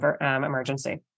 emergency